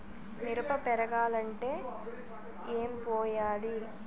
మిరప పెరగాలంటే ఏం పోయాలి?